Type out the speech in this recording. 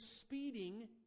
speeding